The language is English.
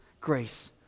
grace